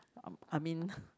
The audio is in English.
uh I mean